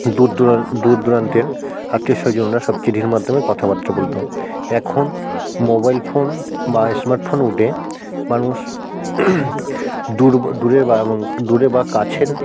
দূর দূরান দূর দূরান্তের আত্মীয়স্বজনরা সব চিঠির মাধ্যমে কথাবার্তা বলতো এখন মোবাইল ফোন বা স্মার্ট ফোন উঠে মানুষ দূর দূরের বা দূরের বা কাছের